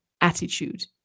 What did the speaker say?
attitude